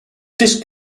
disk